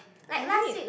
I need